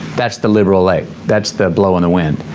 that's the liberal lane, that's the blow in the wind.